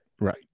right